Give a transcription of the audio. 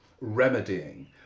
remedying